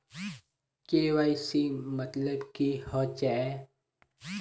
KYC मतलब की होचए?